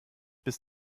bis